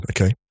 okay